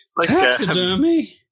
Taxidermy